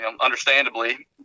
understandably